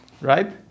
right